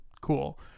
cool